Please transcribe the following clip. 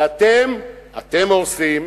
ואתם, אתם הורסים.